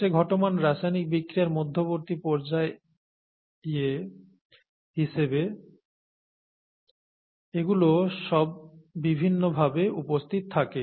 কোষে ঘটমান রাসায়নিক বিক্রিয়ার মধ্যবর্তী পর্যায়ে হিসেবে এগুলো সব বিভিন্ন ভাবে উপস্থিত থাকে